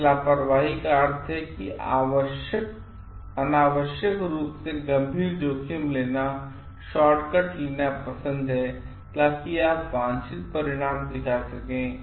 तो इस लापरवाही का अर्थ है कि अनावश्यक रूप से गंभीर जोखिम लेना या शॉर्टकट लेना पसंद है ताकि आप वांछित परिणाम दिखा सकें